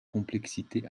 complexité